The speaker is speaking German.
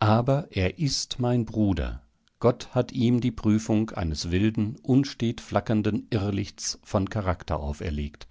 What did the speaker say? aber er ist mein bruder gott hat ihm die prüfung eines wilden unstet flackernden irrlichts von charakter auferlegt